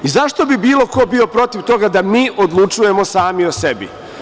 Zašto bi bilo ko bio protiv toga da mi odlučujemo sami o sebi?